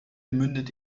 mündet